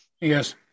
Yes